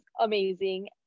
amazing